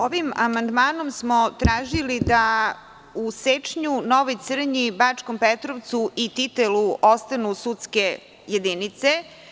Ovim amandmanom smo tražili da u Sečnju, Novoj Crnji i Bačkom Petrovcu i Titelu ostanu sudske jedinice.